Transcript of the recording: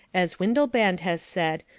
as windelband has said,